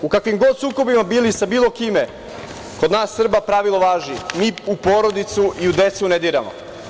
U kakvim god sukobima bili sa bilo kime, kod nas Srba pravilo važi – mi u porodicu i u decu ne diramo.